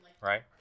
right